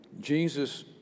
Jesus